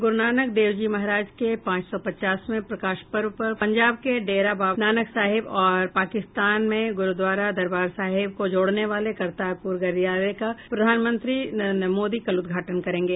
गुरुनानक देव जी महाराज के पांच सौ पचासवें प्रकाश पर्व पर पंजाब के डेरा बाबा नानक साहिब और पाकिस्तान में गुरुद्वारा दरबार साहिब को जोडने वाले करतारपुर गलियारे का प्रधानमंत्री नरेंद्र मोदी कल उदघाटन करेंगे